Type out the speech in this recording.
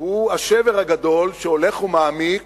הוא השבר הגדול שהולך ומעמיק